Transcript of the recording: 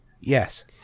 Yes